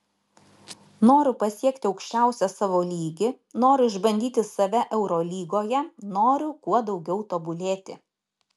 noriu pasiekti aukščiausią savo lygį noriu išbandyti save eurolygoje noriu kuo daugiau tobulėti